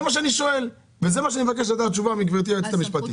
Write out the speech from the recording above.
זה מה שאני שואל את היועצת המשפטית.